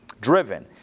driven